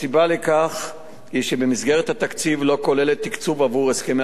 הסיבה לכך היא שמסגרת התקציב לא כוללת תקצוב עבור הסכמי